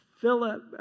Philip